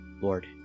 Lord